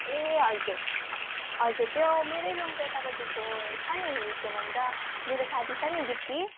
ए हजुर हजुर त्यो मेरै रुमको यतापट्टिको छ नि के भन्छ मेरो साथी छ नि दिप्ती